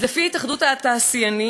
אז לפי התאחדות התעשיינים,